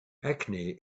acne